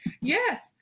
Yes